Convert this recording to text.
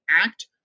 act